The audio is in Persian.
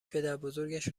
پدربزرگش